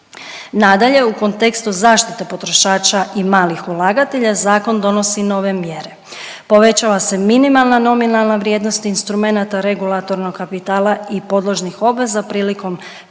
Nadalje, u kontekstu zaštite potrošača i malih ulagatelja zakon donosi nove mjere. Povećava se minimalne nominalna vrijednost instrumenata regulatornog kapitala i podložnih obveza prilikom